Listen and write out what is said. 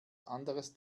anderes